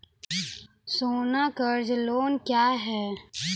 सोना कर्ज लोन क्या हैं?